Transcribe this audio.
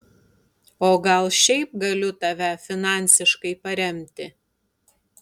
o gal šiaip galiu tave finansiškai paremti